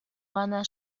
гана